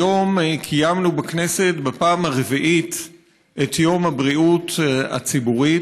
היום קיימנו בכנסת בפעם הרביעית את יום הבריאות הציבורית.